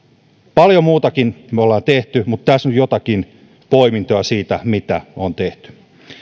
paljon muutakin me olemme tehneet mutta tässä nyt joitakin poimintoja siitä mitä on tehty